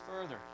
further